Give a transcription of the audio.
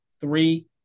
Three